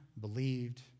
believed